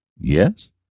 Yes